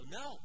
no